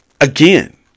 again